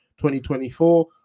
2024